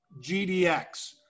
GDX